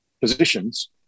positions